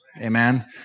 Amen